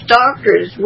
doctors